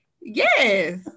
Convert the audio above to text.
yes